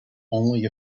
only